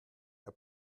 der